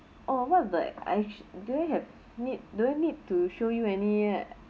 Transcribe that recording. oh one of the actua~ do I have need do I need to show you any yet